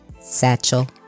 Satchel